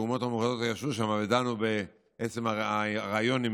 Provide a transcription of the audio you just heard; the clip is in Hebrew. כשהאומות המאוחדות ישבו ודנו בעצם הרעיון,